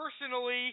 personally